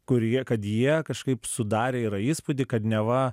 kurie kad jie kažkaip sudarė įspūdį kad neva